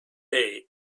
day